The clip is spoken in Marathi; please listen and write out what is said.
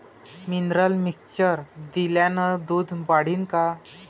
मिनरल मिक्चर दिल्यानं दूध वाढीनं का?